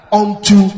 unto